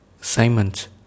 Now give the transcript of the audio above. Simons